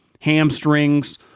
Hamstrings